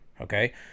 Okay